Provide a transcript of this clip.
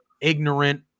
Ignorant